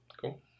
Cool